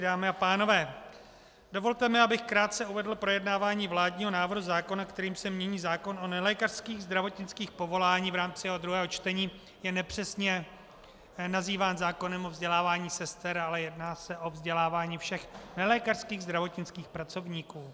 Dámy a pánové, dovolte mi, abych krátce uvedl projednávání vládního návrhu zákona, kterým se mění zákon o nelékařských zdravotnických povolání, v rámci druhého čtení, který je nepřesně nazýván zákonem o vzdělávání sester, ale jedná se o vzdělávání všech nelékařských zdravotnických pracovníků.